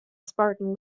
spartan